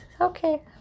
Okay